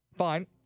Fine